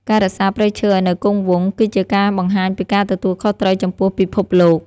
ការរក្សាព្រៃឈើឱ្យនៅគង់វង្ស គឺជាការបង្ហាញពីការទទួលខុសត្រូវចំពោះពិភពលោក។